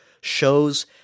shows